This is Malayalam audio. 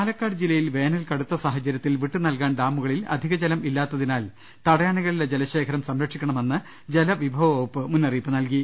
പാലക്കാട് ജില്ലയിൽ വേനൽ കടുത്ത് സാഹചര്യത്തിൽ വിട്ടു നൽകാൻ ഡാമുകളിൽ അധിക് ജലം ഇല്ലാത്തിനാൽ തടയണകളിലെ ജലശേഖരം സംരക്ഷിക്കണമെന്നു ജലവിഭവ വകുപ്പ് മുന്നറിയിപ്പ് നൽകി